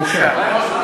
בושה.